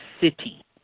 City